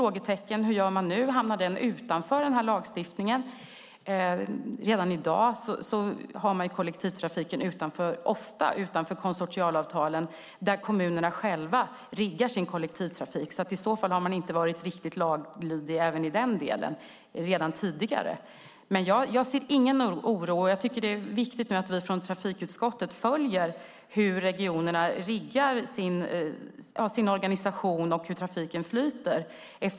Hur gör man nu? Hamnar den utanför lagstiftningen? Redan i dag har man ofta kollektivtrafiken utanför konsortialavtalen där kommunerna själva riggar sin kollektivtrafik. I så fall har man inte varit riktigt laglydig i den delen tidigare. Jag ser ingen oro. Jag tycker att det är viktigt att vi från trafikutskottet följer hur regionerna riggar sin organisation och hur trafiken flyter.